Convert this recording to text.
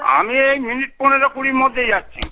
আমি এই মিনিট পনেরো কুড়ির মধ্যেই যাচ্ছি